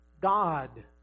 God